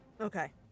Okay